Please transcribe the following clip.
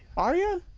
are you?